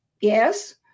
Yes